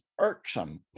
irksome